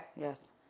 Yes